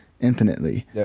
infinitely